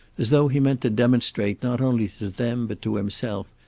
as though he meant to demonstrate, not only to them but to himself,